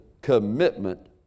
commitment